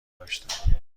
داشتم